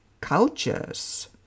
cultures